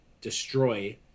destroy